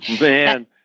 Man